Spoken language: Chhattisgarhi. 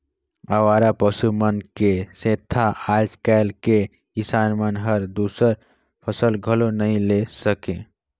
अवारा पसु मन के सेंथा आज कायल के किसान मन हर दूसर फसल घलो नई ले सके